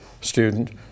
student